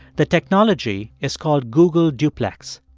the technology is called google duplex.